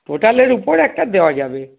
টোটালের উপর একটা দেওয়া যাবে